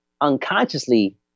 unconsciously